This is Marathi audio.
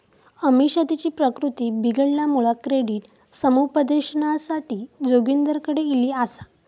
अमिषा तिची प्रकृती बिघडल्यामुळा क्रेडिट समुपदेशनासाठी जोगिंदरकडे ईली आसा